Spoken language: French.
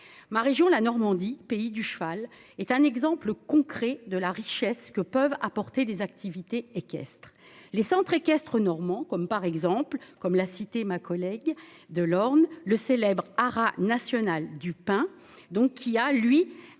Ma région, la Normandie, Pays du cheval est un exemple concret de la richesse que peuvent apporter des activités équestres, les centres équestres normand comme par exemple comme la Cité ma collègue de l'Orne, le célèbre haras national du pain. Donc il a, lui,